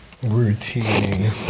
Routine